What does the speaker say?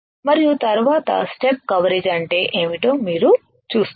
మరియు తరువాత step coverage అంటే ఏమిటో మీరు చూస్తారు